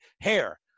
hair